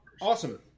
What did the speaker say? awesome